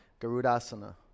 garudasana